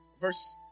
Verse